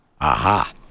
aha